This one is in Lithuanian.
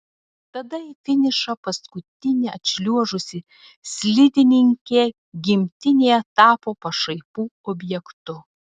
tada į finišą paskutinė atšliuožusi slidininkė gimtinėje tapo pašaipų objektu